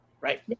Right